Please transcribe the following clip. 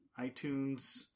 iTunes